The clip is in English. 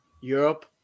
Europe